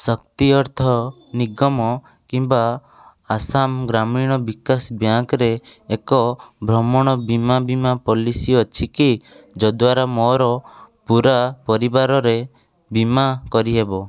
ଶକ୍ତି ଅର୍ଥ ନିଗମ କିମ୍ବା ଆସାମ ଗ୍ରାମୀଣ ବିକାଶ ବ୍ୟାଙ୍କରେ ଏକ ଭ୍ରମଣ ବୀମା ବୀମା ପଲିସି ଅଛି କି ଯଦ୍ଵାରା ମୋର ପୂରା ପରିବାରର ବୀମା କରିହେବ